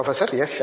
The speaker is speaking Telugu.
professor S